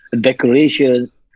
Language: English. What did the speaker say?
decorations